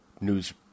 news